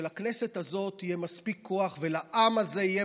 שלכנסת הזאת יהיה מספיק כוח ולעם הזה יהיה